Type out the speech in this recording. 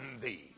thee